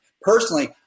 Personally